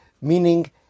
meaning